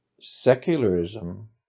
Secularism